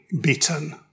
beaten